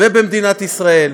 ובמדינת ישראל.